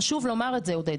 חשוב לומר את זה, עודד.